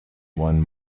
won